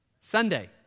sunday